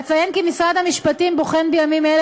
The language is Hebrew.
אציין כי משרד המשפטים בוחן בימים אלה